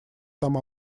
там